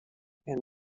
and